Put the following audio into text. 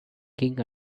king